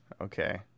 Okay